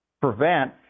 prevent